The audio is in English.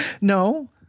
No